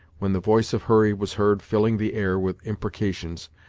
when the voice of hurry was heard filling the air with imprecations,